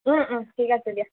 ঠিক আছে দিয়া